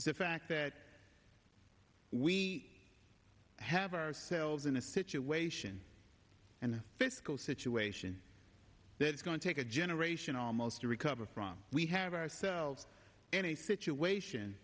is the fact that we have ourselves in a situation and the fiscal situation that is going to take a generation almost to recover from we have ourselves in a situation